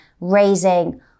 raising